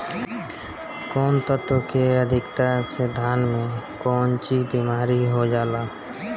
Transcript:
कौन तत्व के अधिकता से धान में कोनची बीमारी हो जाला?